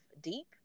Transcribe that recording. deep